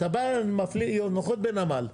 אתה בא, נוחת בנמל.